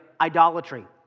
idolatry